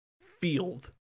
field